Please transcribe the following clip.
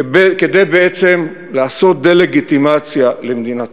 כדי בעצם לעשות דה-לגיטימציה למדינתנו.